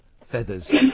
Feathers